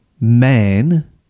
man